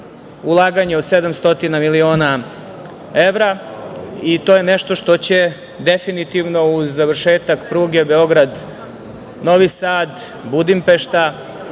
Ulaganje od 700 miliona evra. I to je nešto što će definitivno uz završetak pruge Beograd-Novi Sad-Budimpešta